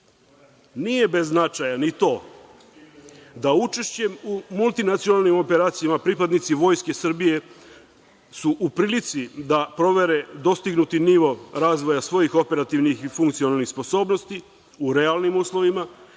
EU.Nije bez značaja ni to da učešćem u multinacionalnim operacijama pripadnici Vojske Srbije su u prilici da provere dostignuti nivo razvoja svojih operativnih i funkcionalnih sposobnosti u realnim uslovima